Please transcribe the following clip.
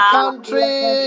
country